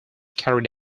carried